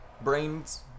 brains